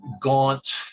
gaunt